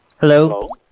Hello